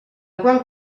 qual